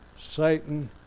Satan